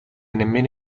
nemmeno